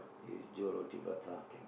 you do roti-prata can